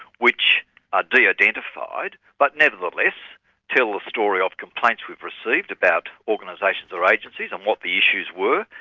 which are de-identified, but nevertheless tell the story of complaints we've received about organisations or agencies, and what the issues were,